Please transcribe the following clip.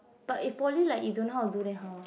but in poly like you don't know how to do then how ah